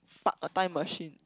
park a time machine